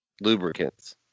lubricants